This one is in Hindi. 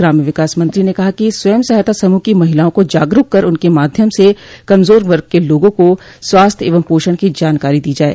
ग्राम्य विकास मंत्री ने कहा कि स्वयं सहायता समूह की महिलाओं को जागरूक कर उनके माध्यम से कमजोर वर्ग के लोगों को स्वास्थ्य एवं पोषण की जानकारी दी जाये